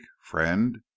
friend